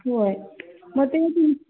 होय मग ते तुम